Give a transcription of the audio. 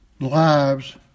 lives